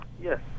Yes